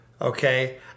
Okay